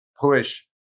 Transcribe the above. push